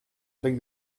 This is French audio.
avec